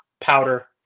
powder